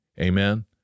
Amen